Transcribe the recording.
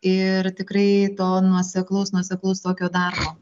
ir tikrai to nuoseklaus nuoseklaus tokio darbo